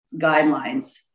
guidelines